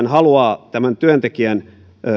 haluaa tämän työntekijän